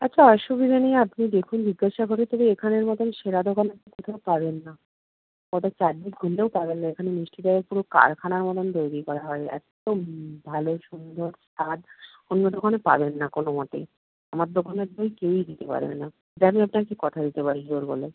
আচ্ছা অসুবিধে নেই আপনি দেখুন জিজ্ঞাসা করে তবে এখানের মতন সেরা দোকান কোথাও পাবেন না হয়তো চারদিক খুঁজলেও পাবেন না এখানে মিষ্টি দইয়ের পুরো কারখানার মতন তৈরি করা হয় এত ভালো সুন্দর স্বাদ অন্য দোকানে পাবেন না কোনো মতেই আমার দোকানের দই কেউই দিতে পারবে না এটা আমি আপনাকে কথা দিতে পারি জোর গলায়